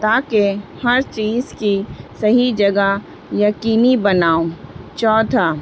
تاکہ ہر چیز کی صحیح جگہ یقینی بناؤں چوتھا